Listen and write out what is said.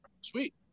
Sweet